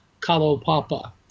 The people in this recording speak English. Kalopapa